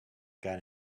got